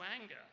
anger